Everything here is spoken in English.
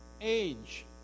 age